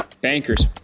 bankers